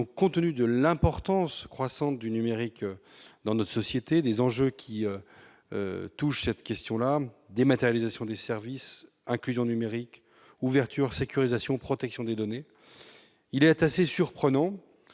lors, compte tenu de l'importance croissante du numérique dans notre société, de son impact et des enjeux qui s'y rapportent- dématérialisation des services, inclusion numérique, ouverture, sécurisation et protection des données -, il est assez surprenant